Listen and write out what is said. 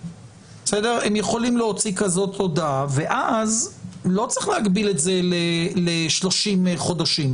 הם יכולים להוציא הודעה כזאת ואז לא צריך להגביל את זה 30 חודשים.